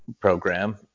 program